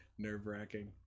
Nerve-wracking